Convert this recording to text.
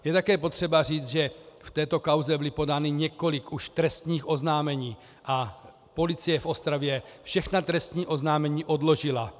Je také potřeba říct, že v této kauze bylo podáno už několik trestních oznámení a policie v Ostravě všechna trestní oznámení odložila.